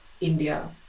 India